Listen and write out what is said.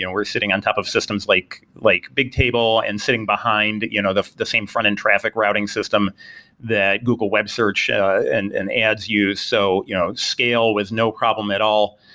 and we're sitting on top of systems like like bigtable and sitting behind you know the the same frontend traffic routing system that google web search yeah and and ads use. so you know scale was no problem at all,